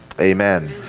amen